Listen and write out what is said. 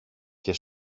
και